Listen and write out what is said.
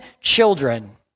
children